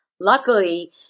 Luckily